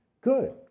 good